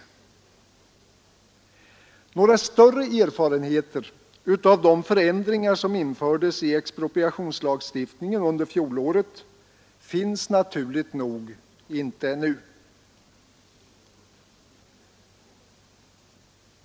Några större erfarenheter av de förändringar som infördes i expropriationslagstiftningen under fjolåret finns naturligt nog inte ännu.